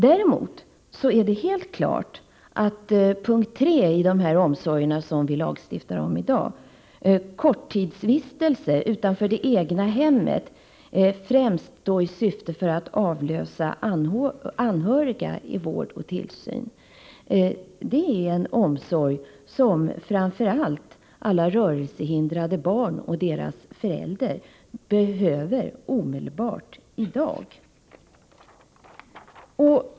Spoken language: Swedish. Däremot är det helt klart att punkt 3 i omsorgerna som vi lagstiftar om i dag, korttidsvistelse utanför det egna hemmet i syfte främst att avlösa anhöriga i vård och tillsyn, är en omsorg som framför allt alla rörelsehindrade barn och deras föräldrar behöver omedelbart.